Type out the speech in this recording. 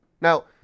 Now